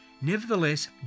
Nevertheless